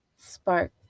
spark